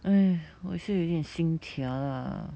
!hais! 我是有一点 sim tia lah